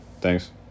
thanks